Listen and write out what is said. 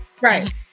Right